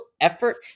effort